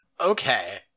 okay